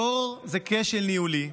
תור הוא כשל ניהולי,